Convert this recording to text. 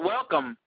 Welcome